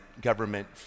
government